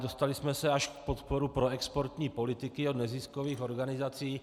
Dostali jsme se až k podpoře proexportní politiky od neziskových organizací.